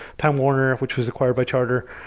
time warner, which was acquired by charter,